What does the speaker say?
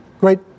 Great